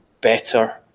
better